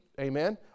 Amen